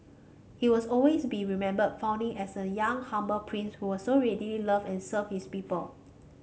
he was always be remembered fondly as a young humble prince who so readily loved and served his people